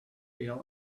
feel